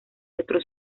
otros